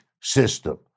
system